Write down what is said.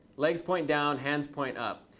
legs point down. hands point up.